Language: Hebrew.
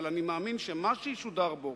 אבל אני מאמין שמה שישודר בו,